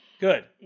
good